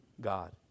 God